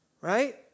right